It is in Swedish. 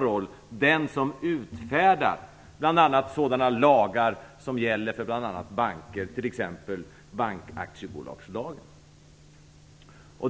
roll den som utfärdar bl.a. sådana lagar som gäller för banker, t.ex. bankaktiebolagslagen.